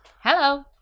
Hello